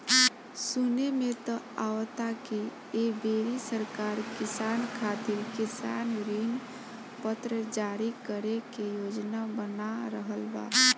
सुने में त आवता की ऐ बेरी सरकार किसान खातिर किसान ऋण पत्र जारी करे के योजना बना रहल बा